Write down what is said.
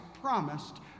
promised